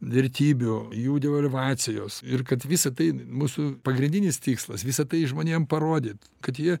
vertybių jų devalvacijos ir kad visa tai mūsų pagrindinis tikslas visa tai žmonėm parodyt kad jie